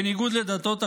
בניגוד לדתות אחרות,